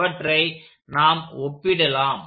அவற்றை நாம் ஒப்பிடலாம்